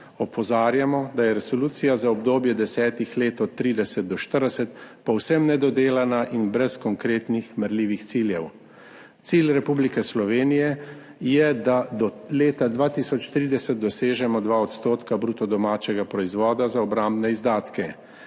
Opozarjamo, da je resolucija za obdobje desetih let, od 2030 do 2040, povsem nedodelana in brez konkretnih, merljivih ciljev. Cilj Republike Slovenije je, da do leta 2030 dosežemo 2 % bruto domačega proizvoda za obrambne izdatke.